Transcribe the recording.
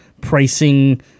pricing